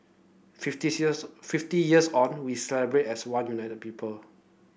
fifty fifty years on we celebrate as one united people